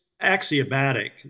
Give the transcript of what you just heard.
axiomatic